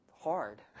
hard